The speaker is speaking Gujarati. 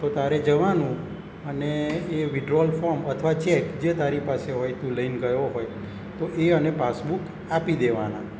તો તારે જવાનું અને એ વીડ્રોઅલ ફોમ અથવા ચેક જે તારી પાસે હોય તું લઈને ગયો હોય તો એ અને પાસબુક આપી દેવાના